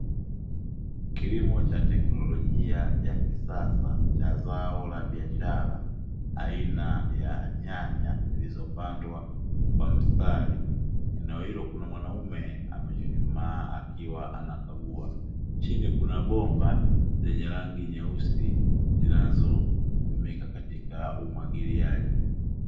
Kilimo cha tekinolojia ya kisasa ya zao la biashara aina ya nyanya, zilizopandwa kwa mstari. Eneo hilo kuna mwanaume amechuchumaa akiwa anakagua, chini kuna bomba zenye rangi nyeusi zinazotumika katika umwagiliaji.